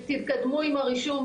תתקדמו עם הרישום,